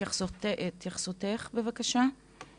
התייחסותך בבקשה.